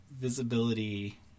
visibility